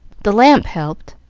the lamp helped,